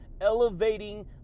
Elevating